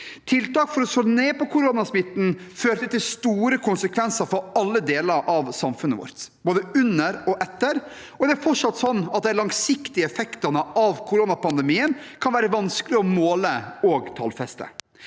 Tiltak for å slå ned på koronasmitten førte til store konsekvenser for alle deler av samfunnet vårt, både under og etter pandemien, og det er fortsatt sånn at de langsiktige effektene av koronapandemien kan være vanskelige å måle og tallfeste.